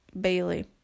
Bailey